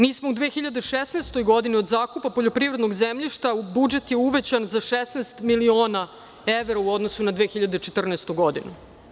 Mi smo u 2016. godini od zakupa poljoprivrednog zemljišta, budžet je uvećan za 16 miliona evra u odnosu na 2014. godinu.